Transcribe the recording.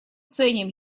ценим